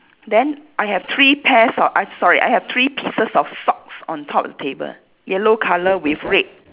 then I have three pairs of uh sorry I have three pieces of socks on top the table yellow colour with red